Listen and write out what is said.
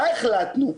ומה החלטנו?